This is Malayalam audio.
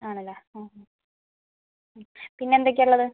ആണല്ലേ ആ ആ പിന്നെ എന്തൊക്കെയാണ് ഉള്ളത്